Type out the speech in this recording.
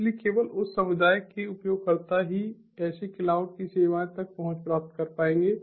इसलिए केवल उस समुदाय के उपयोगकर्ता ही ऐसे क्लाउड की सेवाओं तक पहुँच प्राप्त कर पाएंगे